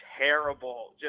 Terrible